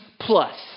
plus